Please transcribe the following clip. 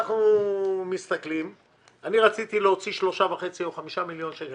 אני רציתי להוציא 3.5 או 5 מיליון שקל,